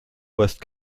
west